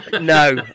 No